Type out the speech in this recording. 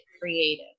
creative